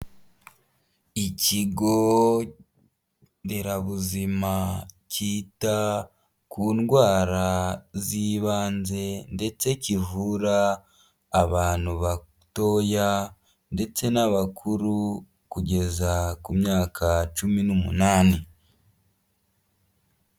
Ikigo nderabuzima cyita ku ndwara z'ibanze, ndetse kivura abantu batoya ndetse n'abakuru kugeza ku myaka cumi n'umunani.